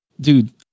dude